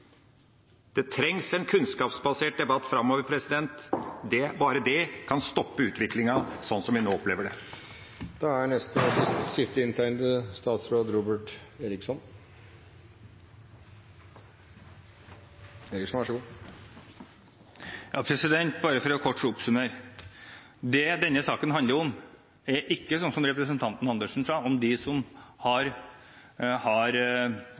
Det trengs en kunnskapsbasert debatt framover. Bare det kan stoppe den utviklinga som vi nå opplever. Bare for kort å oppsummere: Det denne saken handler om, er ikke, som representanten Dag Terje Andersen sa, hvorvidt de som har fast ansettelse, skal ha lønn eller ikke. Det det handler om, er hvorvidt de skal ha lønn mellom oppdragene eller ikke, og om de som ikke har